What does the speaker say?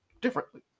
differently